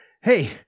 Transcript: Hey